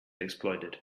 exploited